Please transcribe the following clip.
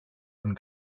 one